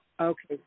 Okay